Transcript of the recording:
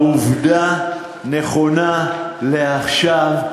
העובדה הנכונה לעכשיו,